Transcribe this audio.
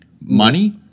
money